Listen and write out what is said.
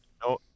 no